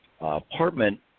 apartment